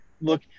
Look